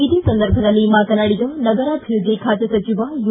ಇದೇ ಸಂದರ್ಭದಲ್ಲಿ ಮಾತನಾಡಿದ ನಗರಾಭಿವೃದ್ದಿ ಖಾತೆ ಸಚಿವ ಯು